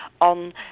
on